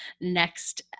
next